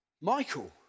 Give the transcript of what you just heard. Michael